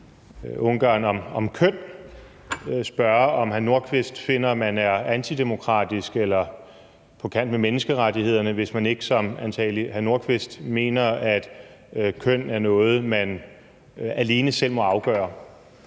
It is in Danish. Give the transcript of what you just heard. Ungarn om køn, spørge, om hr. Nordqvist finder, at man er antidemokratisk eller på kant med menneskerettighederne, hvis man ikke, som hr. Nordqvist antagelig gør, mener, at køn er noget, man alene selv må afgøre.